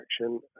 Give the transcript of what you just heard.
action